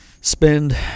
spend